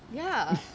ya